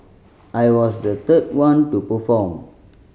I was the third one to perform